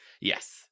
Yes